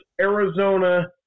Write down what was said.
Arizona